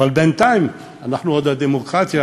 אבל בינתיים אנחנו עוד דמוקרטיה